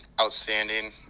outstanding